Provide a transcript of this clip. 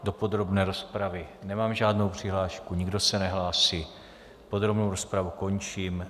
Do podrobné rozpravy nemám žádnou přihlášku, nikdo se nehlásí, podrobnou rozpravu končím.